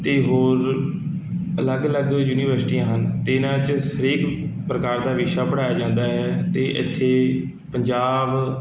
ਅਤੇ ਹੋਰ ਅਲੱਗ ਅਲੱਗ ਯੂਨੀਵਰਸਿਟੀਆਂ ਹਨ ਅਤੇ ਇਹਨਾਂ 'ਚ ਹਰੇਕ ਪ੍ਰਕਾਰ ਦਾ ਵਿਸ਼ਾ ਪੜ੍ਹਾਇਆ ਜਾਂਦਾ ਹੈ ਅਤੇ ਇੱਥੇ ਪੰਜਾਬ